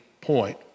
point